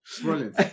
Brilliant